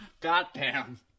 Goddamn